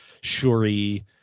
Shuri